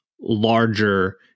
larger